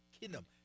kingdom